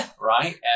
Right